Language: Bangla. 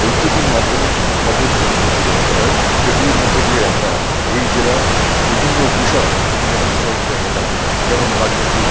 বৈদ্যুতিন মাধ্যমে কিছু খবর নিয়মিত প্রচারিত হয় সেগুলির মধ্যে দিয়ে আমরা এই জেলার বিভিন্ন বিষয় খুঁটিনাটি বিষয়গুলি আমরা জানতে পারি যেমন রাজনীতির